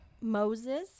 Moses